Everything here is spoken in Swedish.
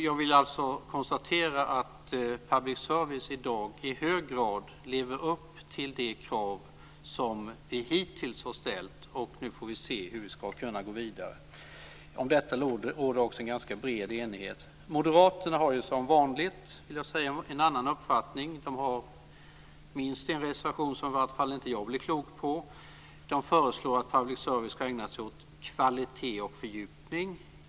Jag vill alltså konstatera att public service i dag i hög grad lever upp till de krav som vi hittills har ställt. Nu får vi se hur vi ska kunna gå vidare. Om detta råder det en ganska bred enighet. Moderaterna har som vanligt en annan uppfattning. De har minst en reservation som i vart fall jag inte blir klok på. De föreslår att public service ska ägna sig åt kvalitet och fördjupning.